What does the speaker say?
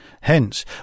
Hence